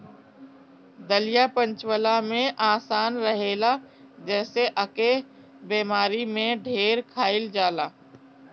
दलिया पचवला में आसान रहेला जेसे एके बेमारी में ढेर खाइल जाला